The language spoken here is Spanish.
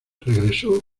regresó